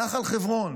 נחל חברון.